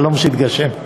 חלום שהתגשם,